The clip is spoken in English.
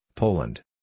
Poland